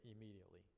immediately